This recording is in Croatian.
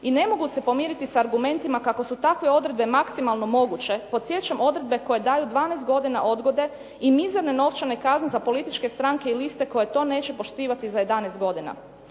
I ne mogu se pomiriti sa argumentima kako su takve odredbe maksimalno moguće. Podsjećam odredbe koje daju 12 godina odgode i nizane novčane kazne za političke stranke i liste koje to neće poštivati za 11 godina.